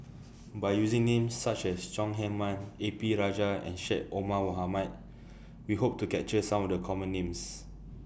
By using Names such as Chong Heman A P Rajah and Syed Omar Mohamed We Hope to capture Some of The Common Names